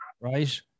right